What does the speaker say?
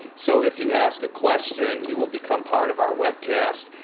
so if you ask a question you will become part of our webcast.